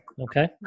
Okay